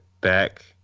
back